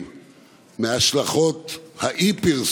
גם ידידי היושב-ראש אבל גם ידידי השר,